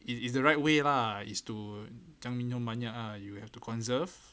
it is the right way lah is to jangan minum banyak ah you have to conserve